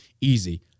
Easy